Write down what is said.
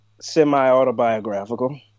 semi-autobiographical